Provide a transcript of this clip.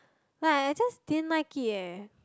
like I just didn't like it eh